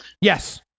Yes